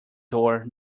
door